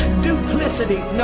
duplicity